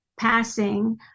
passing